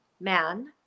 man